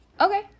Okay